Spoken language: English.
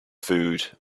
food